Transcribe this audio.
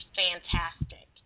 fantastic